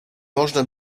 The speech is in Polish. można